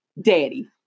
Daddy